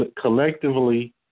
collectively